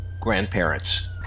grandparents